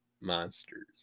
monsters